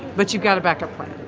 but you've got a backup plan?